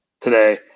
today